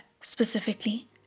specifically